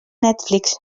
netflix